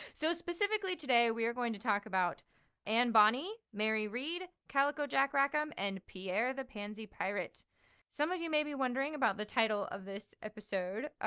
so specifically today we're going to talk about anne bonny mary read, calico jack rackham, and pierre the pansy pirate some of you may be wondering about the title of this episode, ah